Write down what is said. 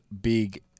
big